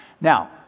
Now